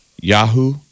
Yahoo